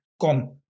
Gone